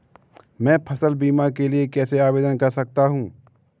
मैं फसल बीमा के लिए कैसे आवेदन कर सकता हूँ?